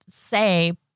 say